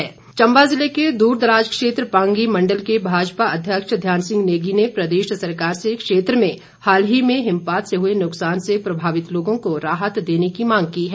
मांग चम्बा जिले के दूर दराज क्षेत्र पांगी मण्डल के भाजपा अध्यक्ष ध्यान सिंह नेगी ने प्रदेश सरकार से क्षेत्र में हाल ही में हिमपात से हुए नुकसान से प्रभावित लोगों को राहत देने की मांग की है